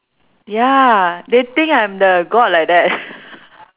ya they think I'm the god like that